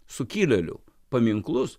sukilėlių paminklus